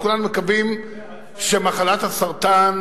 ואנחנו כולנו מקווים שמחלת הסרטן,